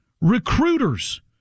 recruiters